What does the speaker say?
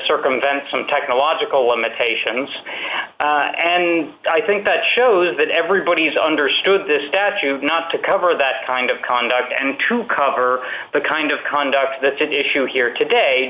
circumvent some technological limitations and i think that shows that everybody's understood this statute not to cover that kind of conduct and to cover the kind of conduct that's an issue here today